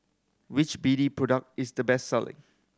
which B D product is the best selling